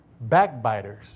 Backbiters